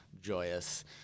joyous